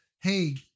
hey